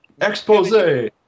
expose